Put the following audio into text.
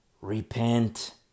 repent